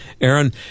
Aaron